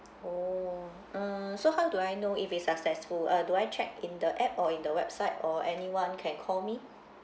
oh mm so how do I know if it's successful uh do I check in the app or in the website or anyone can call me